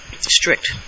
strict